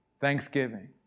Thanksgiving